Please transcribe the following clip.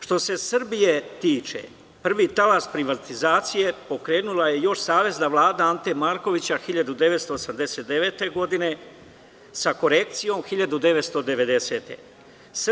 Što se Srbije tiče, prvi talas privatizacije pokrenula je još Savezna vlada Ante Markovića 1989. godine, sa korekcijom 1990. godine.